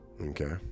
Okay